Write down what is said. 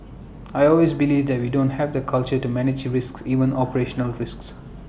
I always believe that we don't have the culture to manage risks even operational risks